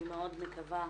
אני מאוד מקווה,